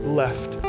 left